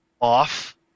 off